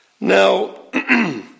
now